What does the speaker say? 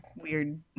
weird